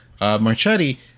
Marchetti